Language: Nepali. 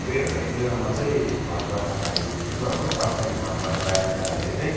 दुई हजार तेह्रमा चाहिँ घरबाट बाहिर निक्लिएको अब फर्स्ट टाइम घरबाट बाहिर जाँदाखेरि चाहिँ